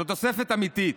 זאת תוספת אמיתית.